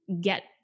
get